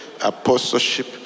apostleship